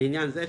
לעניין זה,